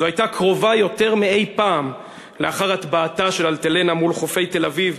זו הייתה קרובה יותר מאי-פעם לאחר הטבעתה של "אלטלנה" מול חופי תל-אביב,